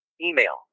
Email